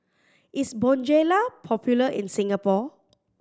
is Bonjela popular in Singapore